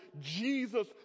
Jesus